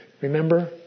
Remember